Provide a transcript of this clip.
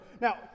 Now